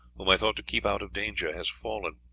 whom i thought to keep out of danger, has fallen.